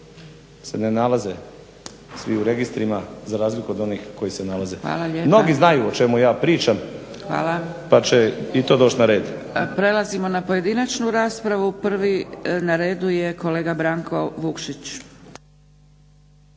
se ne nalaze svi u registrima za razliku od onih koji se nalaze. Mnogi znaju o čemu ja pričam pa će i to doći na red. **Zgrebec, Dragica (SDP)** Hvala. Prelazimo na pojedinačnu raspravu. Prvi na redu je kolega Branko Vukšić.